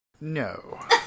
No